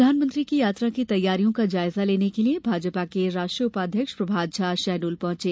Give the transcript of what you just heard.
प्रधानमंत्री की यात्रा की तैयारियों का जायजा लेने के लिये भाजपा के राष्ट्रीय उपाध्यक्ष प्रभात झा शहडोल पहुंचे